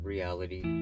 reality